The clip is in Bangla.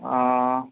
ও